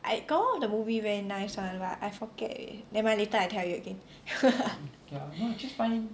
I got one of the movie very nice [one] but I forget already never mind later I tell you again